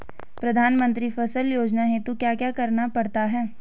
प्रधानमंत्री फसल योजना हेतु क्या क्या करना पड़ता है?